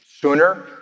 sooner